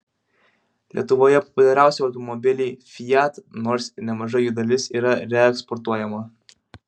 lietuvoje populiariausi automobiliai fiat nors nemaža jų dalis yra reeksportuojama